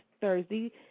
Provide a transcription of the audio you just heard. Thursday